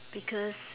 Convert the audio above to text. because